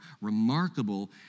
remarkable